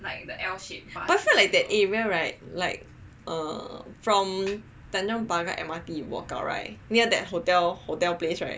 but I feel like that area right like err from Tanjong Pagar M_R_T you walk out right near the hotel hotel place right